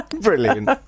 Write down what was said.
Brilliant